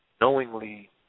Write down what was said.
knowingly